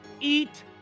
eat